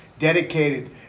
dedicated